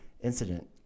Incident